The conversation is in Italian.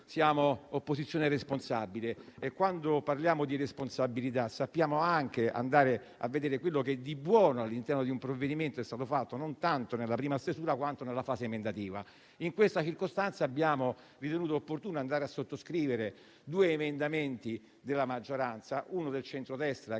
Siamo opposizione responsabile e, quando parliamo di responsabilità, sappiamo anche vedere quello che di buono all'interno di un provvedimento è stato fatto, non tanto nella prima stesura, quanto nella fase emendativa. In questa circostanza, abbiamo ritenuto opportuno sottoscrivere due emendamenti della maggioranza, uno del centrodestra, che